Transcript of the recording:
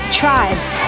tribes